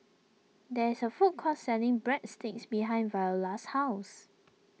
there is a food court selling breadsticks behind Viola's house